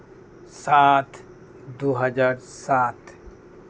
ᱥᱟᱛ ᱫᱩ ᱦᱟᱡᱟᱨ ᱥᱟᱛ